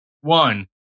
one